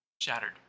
shattered